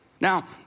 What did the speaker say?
Now